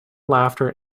laughter